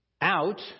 out